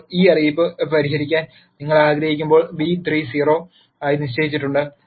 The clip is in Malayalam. ഇപ്പോൾ ഈ അറിയിപ്പ് പരിഹരിക്കാൻ നിങ്ങൾ ആഗ്രഹിക്കുമ്പോൾ b 3 0 ആയി നിശ്ചയിച്ചിട്ടുണ്ട്